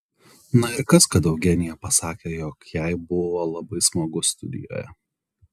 na ir kas kad eugenija pasakė jog jai buvo labai smagu studijoje